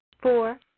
Four